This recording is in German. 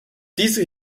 diese